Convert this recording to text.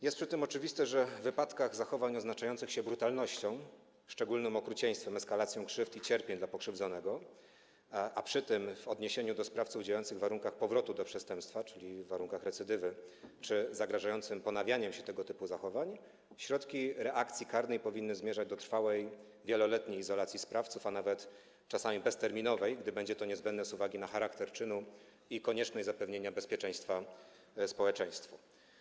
Jest przy tym oczywiste, że w wypadkach zachowań odznaczających się brutalnością, szczególnym okrucieństwem, eskalacją krzywd i cierpień dla pokrzywdzonego, a przy tym w odniesieniu do sprawców działających w warunkach powrotu do przestępstwa, czyli w warunkach recydywy, czy zagrażających ponawianiem się tego typu zachowań, środki reakcji karnej powinny zmierzać do trwałej, wieloletniej izolacji sprawców, czasami nawet bezterminowej, gdy będzie to niezbędne z uwagi na charakter czynu i konieczność zapewnienia społeczeństwu bezpieczeństwa.